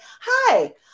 hi